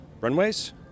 Runways